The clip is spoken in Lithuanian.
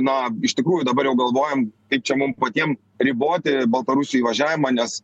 na iš tikrųjų dabar jau galvojam kaip čia mum patiem riboti baltarusių įvažiavimą nes